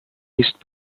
east